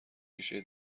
ریشه